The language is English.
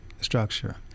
structure